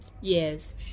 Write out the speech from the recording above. yes